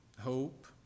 hope